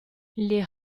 les